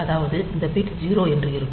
அதாவது இந்த பிட் 0 என்று இருக்கும்